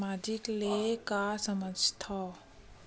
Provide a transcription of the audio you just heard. सामाजिक ले का समझ थाव?